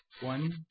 One